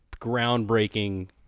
groundbreaking